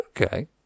Okay